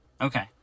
Okay